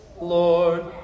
Lord